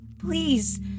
Please